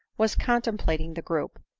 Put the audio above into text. was contemplating the group,